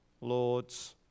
Lords